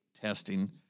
testing